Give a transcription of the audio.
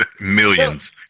Millions